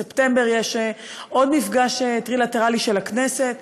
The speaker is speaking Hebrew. ובספטמבר יש עוד מפגש טרילטרלי של הכנסת.